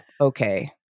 okay